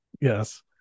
Yes